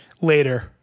Later